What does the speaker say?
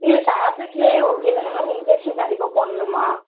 இல்லை டேப்லெட்டிலே ஓகே தானே மேம் இன்ஜெக்ஷன் கண்டிப்பாக போடணுமா